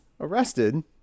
arrested